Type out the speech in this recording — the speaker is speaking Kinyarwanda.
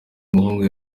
umuhungu